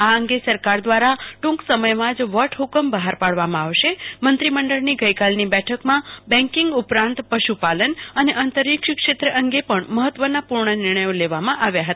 આ અંગે સરકાર દ્વારા ટ્રંક સમયમાં જ વટ હુકમ બહાર પાડવામાં આવશે મંત્રી મંડળની બેઠકમાં બેન્કિંગ ઉપરાંત પશુપાલન અને અંતરિક્ષ ક્ષેત્ર અંગે પણ મહત્વ પૂર્ણ નિર્ણયો લેવામાં આવ્યા છે